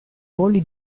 voli